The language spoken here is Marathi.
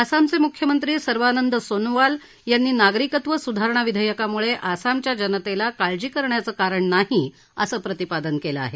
आसामचे म्ख्यमंत्री सर्बानंद सोनोवाल यांनी नागरिकत्व स्धारणा विधेयकाम्ळे आसामच्या जनतेला काळजी करण्याचं कारण नाही असं प्रतिपादन केलं आहे